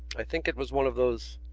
i think it was one of those.